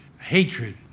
hatred